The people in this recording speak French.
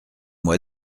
moi